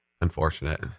Unfortunate